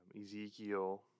Ezekiel